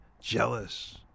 jealous